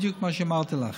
בדיוק כמו שאמרתי לך.